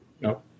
No